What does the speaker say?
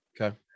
Okay